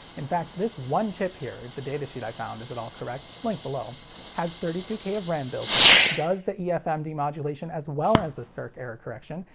in fact this one chip here, if the datasheet i found is at all correct like has thirty two k of ram built in, does the efm demodulation as well as the circ error correction,